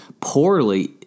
poorly